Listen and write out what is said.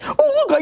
oh look, like